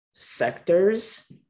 sectors